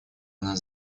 она